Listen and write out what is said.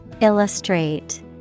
Illustrate